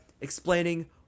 explaining